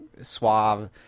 suave